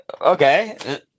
Okay